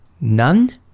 None